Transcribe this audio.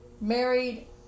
married